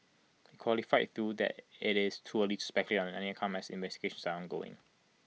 he qualified through that IT is too early to speculate on any outcome as investigations are ongoing